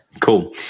Cool